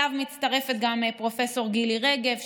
אליו מצטרפת גם פרופ' גילי רגב,